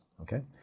Okay